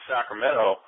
Sacramento